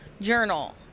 journal